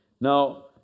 now